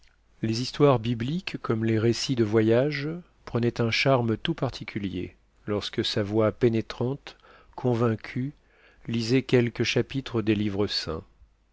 les histoires bibliques comme les récits de voyage prenaient un charme tout particulier lorsque sa voix pénétrante convaincue lisait quelque chapitre des livres saints